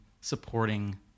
supporting